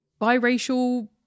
biracial